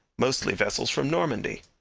mostly vessels from normandy.